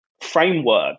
framework